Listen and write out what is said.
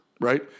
right